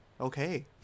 Okay